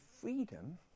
freedom